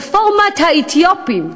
"רפורמת האתיופים".